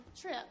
trip